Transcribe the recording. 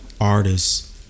artists